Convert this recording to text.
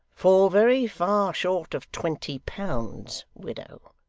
fall very far short of twenty pounds, widow